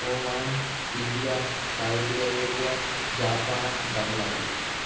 Oman Syria Saudi Arabia Japan Bangladesh